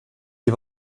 die